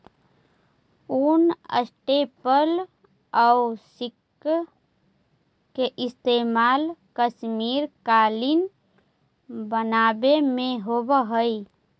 ऊन, स्टेपल आउ सिल्क के इस्तेमाल कश्मीरी कालीन बनावे में होवऽ हइ